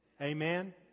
amen